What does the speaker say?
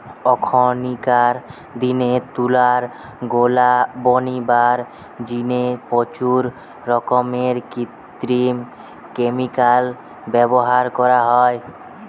অখনকিরার দিনে তুলার গোলা বনিবার জিনে প্রচুর রকমের কৃত্রিম ক্যামিকাল ব্যভার করা হয়